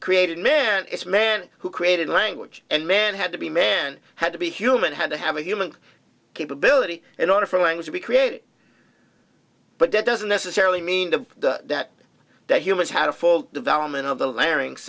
created man it's man who created language and man had to be man had to be human had to have a human capability in order for lying to be created but that doesn't necessarily mean the that that humans had a full development of the larynx